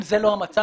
אם זה לא המצב,